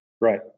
Right